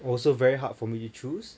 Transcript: also very hard for me to choose